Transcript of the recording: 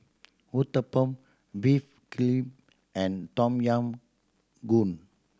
Uthapam Beef glee and Tom Yam Goong